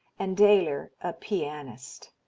and doehler a pianist?